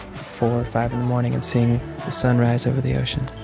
four or five in the morning and seeing the sunrise over the ocean